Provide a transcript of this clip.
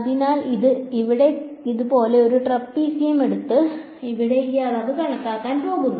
അതിനാൽ ഇത് ഇതുപോലെ ഒരു ട്രപീസിയം എടുത്ത് ഇവിടെ ഈ അളവ് കണക്കാക്കാൻ പോകുന്നു